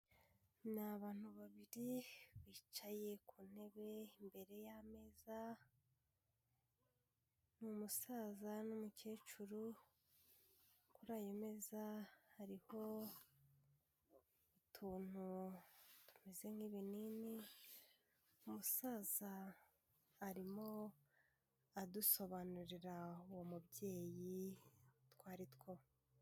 Ni abantu babiri bicaye ku ntebe imbere y'ameza, umusaza n'umukecuru, kuri ayo meza hariho utuntu tumeze nk'ibinini. Umusaza arimo adusobanurira uwo mubyeyi utwo ari two.